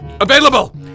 available